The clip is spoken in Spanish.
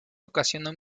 ocasionó